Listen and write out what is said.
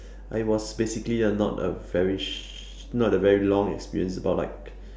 I was basically uh not a very sh~ not a very long experience about like